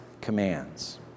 commands